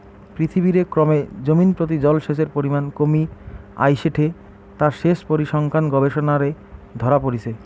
পৃথিবীরে ক্রমে জমিনপ্রতি জলসেচের পরিমান কমি আইসেঠে তা সেচ পরিসংখ্যান গবেষণারে ধরা পড়িচে